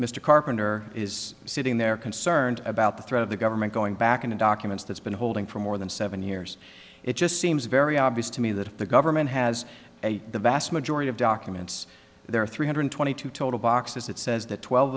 mr carpenter is sitting there concerned about the threat of the government going back into documents that's been holding for more than seven years it just seems very obvious to me that the government has a the vast majority of documents there are three hundred twenty two total boxes that says that twelve